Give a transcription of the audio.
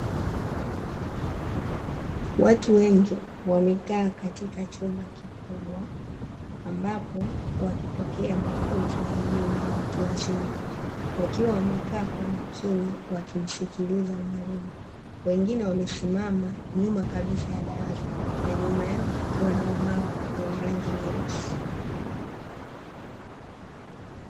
Watu wengi wamekaa katika chumba kikubwa, ambapo wakipokea mafunzo ya elimu ya watu wazima. Wakiwa wamekaa kwa makini wakimsikiliza mwalimu. Wengine wamesimama nyuma kabisa ya darasa na nyuma yao kukiwa na ubao wenye rangi nyeusi.